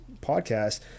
podcast